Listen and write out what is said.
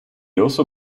also